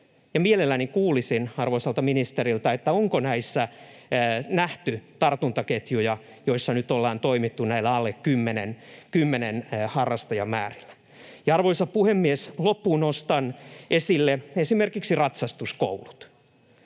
Mielelläni kuulisin arvoisalta ministeriltä, onko nähty tartuntaketjuja näissä, joissa nyt ollaan toimittu näillä alle 10:n harrastajamäärillä. Ja, arvoisa puhemies, loppuun nostan esille esimerkiksi ratsastuskoulut.